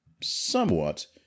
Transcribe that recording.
somewhat